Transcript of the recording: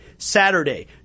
Saturday